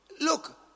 Look